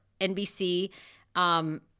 NBC